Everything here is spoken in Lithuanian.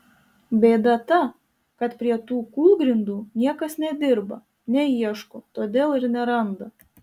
bėda ta kad prie tų kūlgrindų niekas nedirba neieško todėl ir neranda